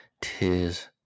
tis